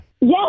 yes